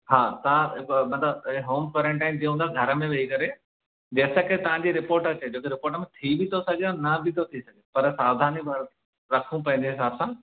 हा तव्हां थोरो मतिलबु होम क़्वारंटाइन जीअं हूंदो आहे घर में वेही करे जेसि तक की तव्हां जी रिपोर्ट अचे छो कि रिपोर्ट में थी बि थो सघे ऐं न बि थो थी सघे पर सावधानी बरत रखो पंहिंजे हिसाब सां